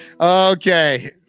okay